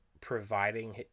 providing